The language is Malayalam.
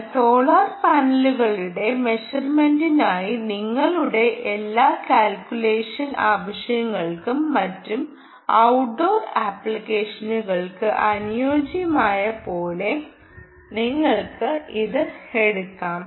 എന്നാൽ സോളാർ പാനലുകളുടെ മെഷർമെന്റിനായി നിങ്ങളുടെ എല്ലാ കാൽക്കുലേഷൻ ആവശ്യങ്ങൾക്കും മറ്റും ഔട്ട്ഡോർ ആപ്ലിക്കേഷനുകൾക്ക് അനുയോജ്യമായത് പോലെ നിങ്ങൾക്ക് ഇത് എടുക്കാം